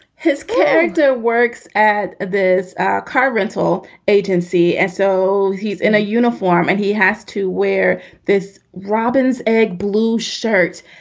his character works at this car rental agency. and so he's in a uniform and he has to wear this robin's egg blue shirt.